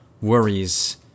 worries